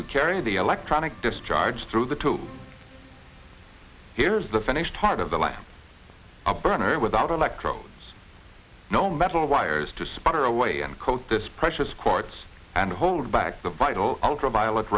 to carry the electronic discharge through the tube here's the finished part of the lab a burner without electrodes no metal wires to sputter away and coat this precious courts and hold back the vital ultraviolet